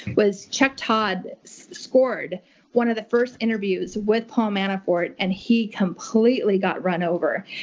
was chuck todd scored one of the first interviews with paul manafort, and he completely got run over.